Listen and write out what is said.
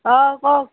অঁ কওক